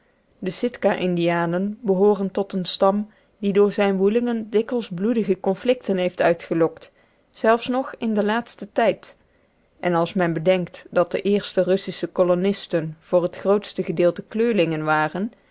de sitka indianen behooren tot eenen stam die door zijne woelingen dikwijls bloedige conflicten heeft uitgelokt zelfs nog in den laatsten tijd en als men bedenkt dat de eerste russische kolonisten voor t grootste gedeelte kleurlingen waren